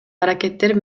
аракеттер